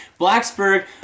Blacksburg